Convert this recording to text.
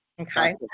okay